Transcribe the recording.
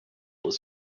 was